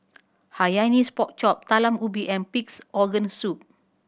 Hainanese Pork Chop Talam Ubi and Pig's Organ Soup